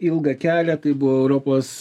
ilgą kelią tai buvo europos